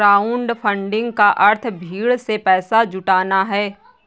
crowdfunding का अर्थ भीड़ से पैसा जुटाना है